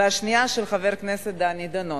והשנייה של חבר הכנסת דני דנון.